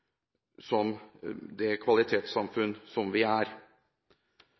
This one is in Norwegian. som det kvalitetssamfunn som vi